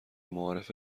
معارف